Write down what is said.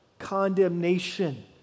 condemnation